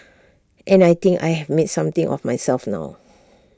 and I think I have made something of myself now